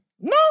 No